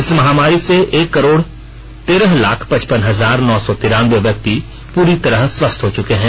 इस महामारी से एक करोड़ तेरह लाख पचपन हजार नौ सौ तिरानबे व्यक्ति पूरी तरह स्वस्थ हो चुके हैं